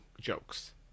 jokes